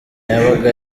yabaga